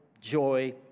joy